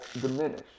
diminish